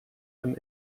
ein